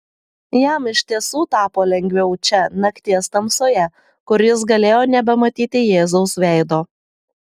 jam iš tiesų tapo lengviau čia nakties tamsoje kur jis galėjo nebematyti jėzaus veido